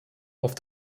auf